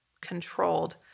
controlled